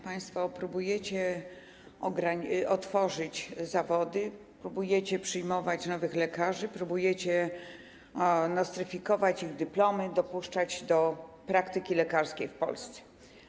Państwo próbujecie otworzyć zawody, próbujecie przyjmować nowych lekarzy, próbujecie nostryfikować ich dyplomy, dopuszczać do praktyki lekarskiej w Polsce.